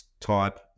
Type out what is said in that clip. type